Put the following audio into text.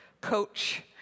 coach